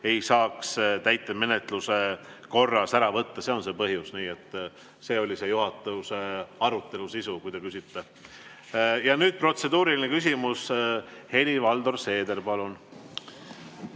ei saaks täitemenetluse korras ära võtta. See on see põhjus. See oli juhatuse arutelu sisu, mille kohta te küsisite. Ja nüüd protseduuriline küsimus, Helir-Valdor Seeder, palun!